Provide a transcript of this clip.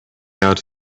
out